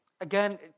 Again